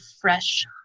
fresh